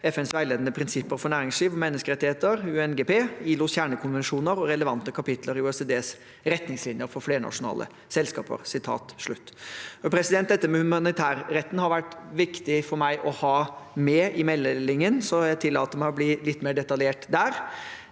FNs veiledende prinsipper for næringsliv og menneskerettigheter (UNGP), ILOs kjernekonvensjoner og relevante kapitler i OECDs retningslinjer for flernasjonale selskaper». Dette med humanitærretten har vært viktig for meg å ha med i meldingen, så jeg tillater meg å bli litt mer detaljert der.